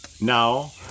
Now